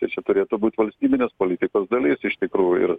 tai čia turėtų būti valstybinės politikos dalis iš tikrųjų ir